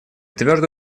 твердо